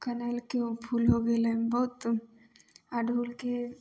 कनैलके फूल हो गेलै बहुत अड़हुलके